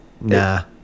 Nah